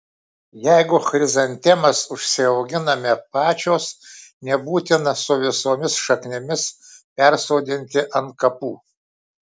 jeigu chrizantemas užsiauginame pačios nebūtina su visomis šaknimis persodinti ant kapų